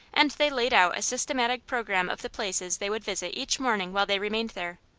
and they laid out a systematic programme of the places they would visit each morning while they remained there.